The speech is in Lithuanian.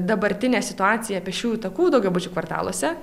dabartinę situaciją pėsčiųjų takų daugiabučių kvartaluose